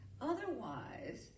Otherwise